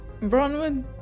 Bronwyn